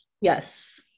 Yes